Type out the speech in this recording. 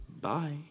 Bye